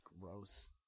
gross